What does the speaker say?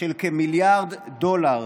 של כמיליארד דולר